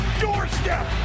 doorstep